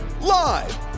Live